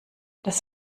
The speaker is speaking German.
das